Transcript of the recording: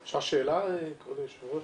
אפשר שאלה אדוני היו"ר?